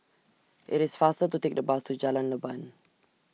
IT IS faster to Take The Bus to Jalan Leban